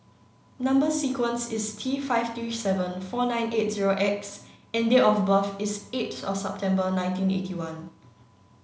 number sequence is T five three seven four nine eight zero X and date of birth is eight September nineteen eighty one